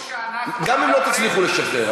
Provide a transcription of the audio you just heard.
גם אם לא תצליחו לשחרר,